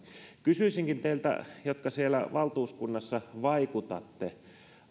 kysyisinkin teiltä jotka siellä valtuuskunnassa vaikutatte